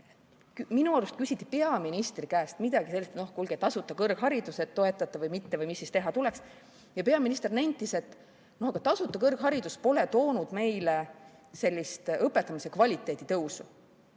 minu arust küsiti peaministri käest midagi sellist, et no kuulge, tasuta kõrgharidus, kas toetate või mitte või mis siis teha tuleks. Peaminister nentis, et aga tasuta kõrgharidus ei ole toonud meile õpetamise kvaliteedi tõusu.